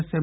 S M